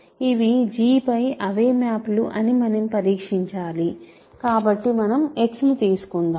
ఇవి G పై అవే మ్యాప్ లు అని మనం పరీక్షించాలి కాబట్టి మనం x ను తీసుకుందాం